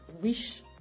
wish